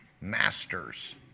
masters